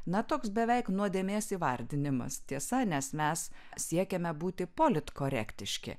na toks beveik nuodėmės įvardinimas tiesa nes mes siekiame būti politkorektiški